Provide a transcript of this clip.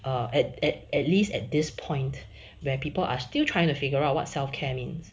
err at at at least at this point where people are still trying to figure out what self care means